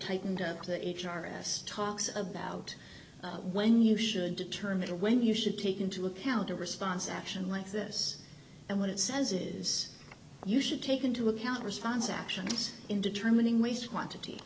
tightened up the h r s talks about when you should determine when you should take into account a response action like this and what it says is you should take into account response actions in determining ways quantity